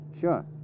Sure